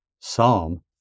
Psalm